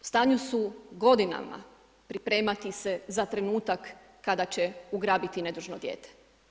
U stanju su godinama pripremati se za trenutak kada će ugrabiti nedužno dijete.